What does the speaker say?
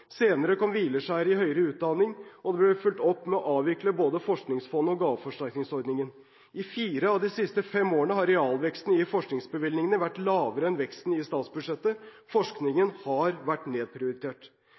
Senere kom hvileskjæret i høyere utdanning, og det ble fulgt opp med å avvikle både Forskningsfondet og gaveforsterkningsordningen. I fire av de siste fem årene har realveksten i forskningsbevilgningene vært lavere enn veksten i statsbudsjettet.